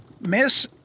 Miss